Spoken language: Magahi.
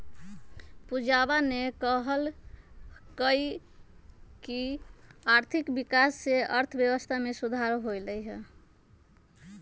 पूजावा ने कहल कई की आर्थिक विकास से अर्थव्यवस्था में सुधार होलय है